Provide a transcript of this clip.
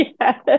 Yes